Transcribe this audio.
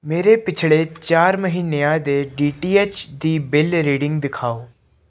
ਮੇਰੇ ਪਿਛਲੇ ਚਾਰ ਮਹੀਨਿਆਂ ਦੇ ਡੀ ਟੀ ਐਚ ਦੀ ਬਿਲ ਰੀਡਿੰਗ ਦਿਖਾਓ